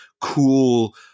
cool